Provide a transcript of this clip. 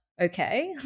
okay